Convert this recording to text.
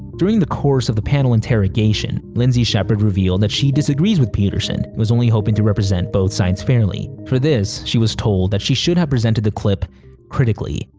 during the course of the panel's interrogation, lindsay shepherd revealed that she disagrees with peterson and was only hoping to represent both sides fairly. for this, she was told that she should have presented the clip critically,